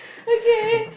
okay